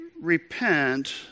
repent